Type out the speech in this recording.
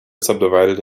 subdivided